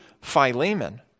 Philemon